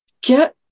get